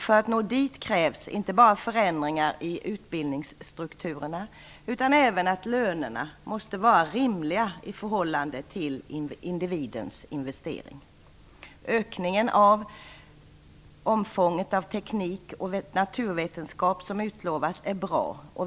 För att nå dit krävs inte bara förändringar i utbildningsstrukturerna utan även att lönerna måste vara rimliga i förhållande till individens investering. Ökningen av omfånget av teknik och naturvetenskap, som utlovats, är bra.